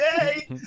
Yay